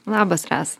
labas rasa